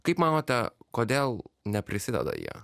kaip manote kodėl neprisideda jie